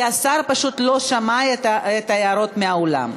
כי השר פשוט לא שמע את ההערות מהאולם.